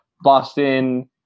Boston